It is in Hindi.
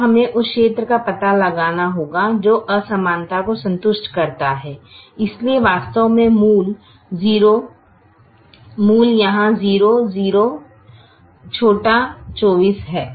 अब हमें उस क्षेत्र का पता लगाना होगा जो असमानता को संतुष्ट करता है इसलिए वास्तव में मूल यहाँ 0 0 24 है